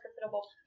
profitable